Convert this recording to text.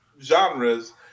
genres